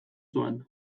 zuen